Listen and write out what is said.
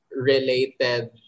related